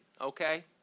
okay